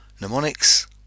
mnemonics